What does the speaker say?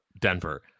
Denver